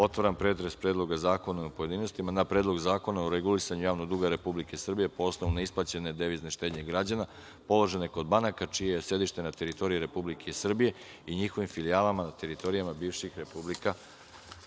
objavljivanja. Stavljam na glasanje Predlog zakona o regulisanju javnog duga Republike Srbije po osnovu neisplaćene devizne štednje građana položene kod banaka čije je sedište na teritoriji Republike Srbije i njihovim filijalama na teritorijama bivših republika